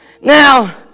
Now